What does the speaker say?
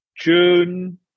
June